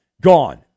gone